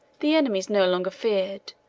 the enemies no longer feared,